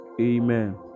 Amen